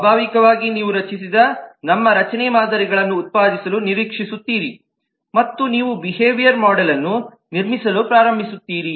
ಸ್ವಾಭಾವಿಕವಾಗಿ ನೀವು ರಚಿಸಿದ ನಮ್ಮ ರಚನೆ ಮಾದರಿಗಳನ್ನು ಉತ್ಪಾದಿಸಲು ನಿರೀಕ್ಷಿಸುತ್ತೀರಿ ಮತ್ತು ನೀವು ಬಿಹೇವಿಯರಲ್ ಮೋಡೆಲ್ನ್ನು ನಿರ್ಮಿಸಲು ಪ್ರಾರಂಭಿಸುತ್ತೀರಿ